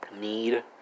need